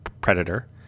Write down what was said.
Predator